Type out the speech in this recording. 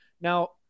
Now